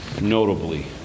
notably